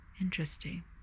Interesting